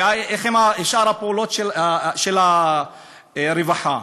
ושאר הפעולות של הרווחה.